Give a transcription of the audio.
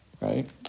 right